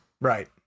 right